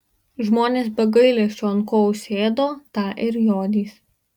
žmonės be gailesčio ant ko užsėdo tą ir jodys